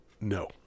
No